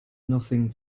nothing